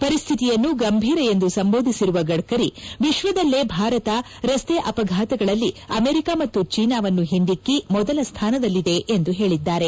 ಪರಿಸ್ಥಿತಿಯನ್ನು ಗಂಭೀರ ಎಂದು ಸಂಬೋಧಿಸಿರುವ ಗಡ್ಡರಿ ವಿಶ್ವದಲ್ಲೇ ಭಾರತ ರಸ್ತೆ ಅಪಘಾತಗಳಲ್ಲಿ ಅಮೆರಿಕ ಮತ್ತು ಚೀನಾವನ್ನು ಹಿಂದಿಕ್ಕಿ ಮೊದಲ ಸ್ವಾನದಲ್ಲಿದೆ ಎಂದು ಹೇಳಿದ್ದಾರೆ